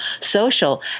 social